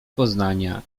poznania